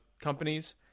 companies